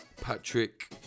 Patrick